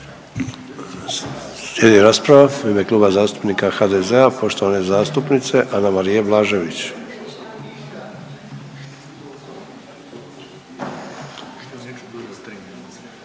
Slijedi rasprava u ime Kluba zastupnika HDZ-a, poštovane zastupnice Anamarije Blažević.